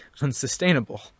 unsustainable